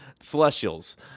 Celestials